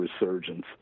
resurgence